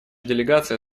делегация